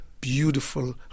beautiful